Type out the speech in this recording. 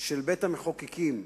של בית-המחוקקים,